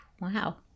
Wow